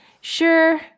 Sure